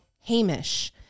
Hamish